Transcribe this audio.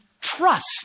trust